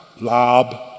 Lob